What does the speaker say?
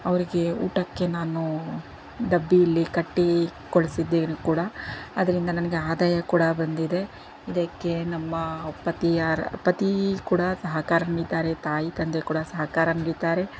ಅವರಿಗೆ ಊಟಕ್ಕೆ ನಾನು ಡಬ್ಬಿಯಲ್ಲಿ ಕಟ್ಟಿ ಕೊಡಿಸಿದ್ದೇನೆ ಕೂಡ ಅದರಿಂದ ನನಗೆ ಆದಾಯ ಕೂಡ ಬಂದಿದೆ ಇದಕ್ಕೆ ನಮ್ಮ ಪತಿಯ ಪತಿ ಕೂಡ ಸಹಕಾರ ನೀಡಿದ್ದಾರೆ ತಾಯಿ ತಂದೆ ಕೂಡ ಸಹಕಾರ ನೀಡಿದ್ದಾರೆ